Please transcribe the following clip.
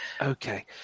Okay